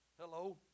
Hello